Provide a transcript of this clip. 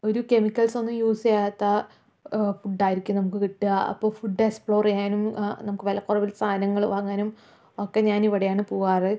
ഒരു കെമിക്കൽസ് ഒന്നും യൂസ് ചെയ്യാത്ത ഫുഡ്ഡായിരിക്കും നമുക്ക് കിട്ടുക അപ്പോൾ ഫുഡ് എക്സ്പ്ലോർ ചെയ്യാനും നമുക്ക് വിലക്കുറവിൽ സാധനങ്ങൾ വാങ്ങാനും ഒക്കെ ഞാൻ ഇവിടെയാണ് പോകാറ്